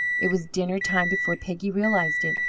it was dinner-time before peggy realized it,